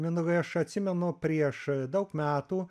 mindaugai aš atsimenu prieš daug metų